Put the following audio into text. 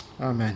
Amen